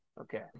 Okay